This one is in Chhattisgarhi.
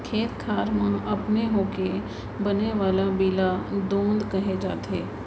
खेत खार म अपने होके बने वाला बीला दोंद कहे जाथे